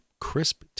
crisp